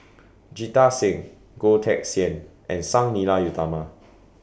Jita Singh Goh Teck Sian and Sang Nila Utama